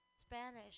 Spanish